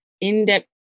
in-depth